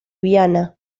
viana